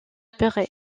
perray